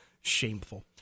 shameful